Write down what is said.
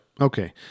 Okay